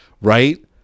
Right